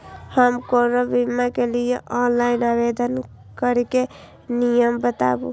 हम कोनो बीमा के लिए ऑनलाइन आवेदन करीके नियम बाताबू?